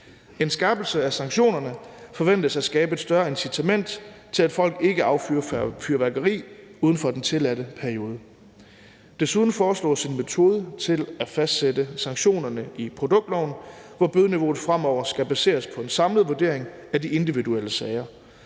En skærpelse af sanktionerne forventes at skabe et større incitament til, at folk ikke affyrer fyrværkeri uden for den tilladte periode. Desuden foreslås en metode til at fastsætte sanktionerne i produktloven, hvor bødeniveauet fremover skal baseres på en samlet vurdering af de individuelle sager.